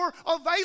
available